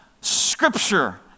scripture